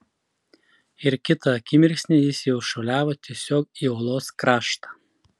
ir kitą akimirksnį jis jau šuoliavo tiesiog į uolos kraštą